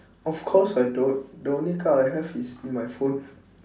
of course I don't the only car I have is in my phone